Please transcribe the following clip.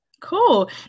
Cool